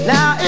Now